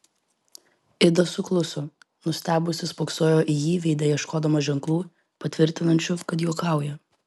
ida sukluso nustebusi spoksojo į jį veide ieškodama ženklų patvirtinančių kad juokauja